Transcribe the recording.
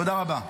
תודה רבה.